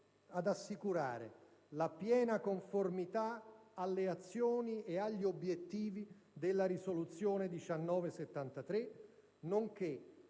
Grazie